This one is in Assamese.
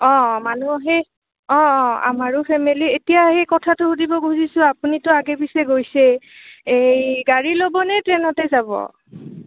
অঁ মানুহ সেই অঁ অঁ আমাৰো ফেমিলি এতিয়া সেই কথাটো সুধিব খুজিছোঁ আপুনিতো আগে পিছে গৈছে এই গাড়ী ল'বনে ট্ৰেইনতে যাব